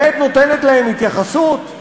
באמת נותנת להם התייחסות?